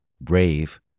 BRAVE